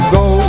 go